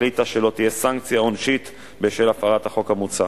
החליטה שלא תהיה סנקציה עונשית בשל הפרת החוק המוצע.